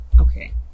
Okay